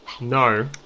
no